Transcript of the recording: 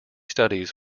studies